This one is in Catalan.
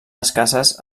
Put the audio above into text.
escasses